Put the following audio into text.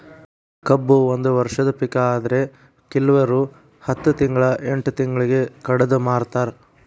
ಕಬ್ಬು ಒಂದ ವರ್ಷದ ಪಿಕ ಆದ್ರೆ ಕಿಲ್ವರು ಹತ್ತ ತಿಂಗ್ಳಾ ಎಂಟ್ ತಿಂಗ್ಳಿಗೆ ಕಡದ ಮಾರ್ತಾರ್